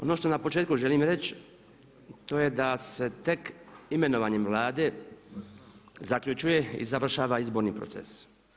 Ono što na početku želim reći to je da se tek imenovanjem Vlade zaključuje i završava izborni proces.